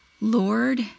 Lord